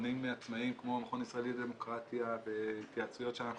מכונים עצמאיים כמו המכון הישראלי לדמוקרטיה ובהתייעצויות שאנחנו